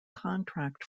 contract